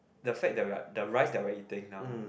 the fact we're the rice that they we're eating now